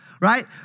right